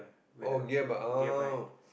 oh gear bike oh